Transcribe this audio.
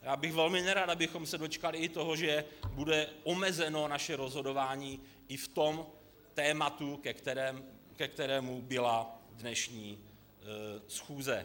Já bych velmi nerad, abychom se dočkali i toho, že bude omezeno naše rozhodování i v tom tématu, ke kterému byla dnešní schůze.